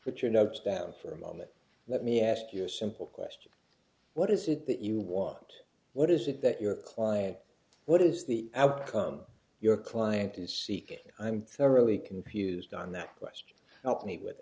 but your notes down for a moment let me ask you a simple question what is it that you want what is it that your client what is the outcome your client is seeking i'm thoroughly confused on that question help me with